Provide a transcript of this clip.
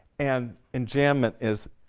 and enjambment is